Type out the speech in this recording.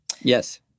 Yes